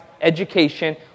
education